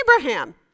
Abraham